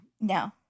No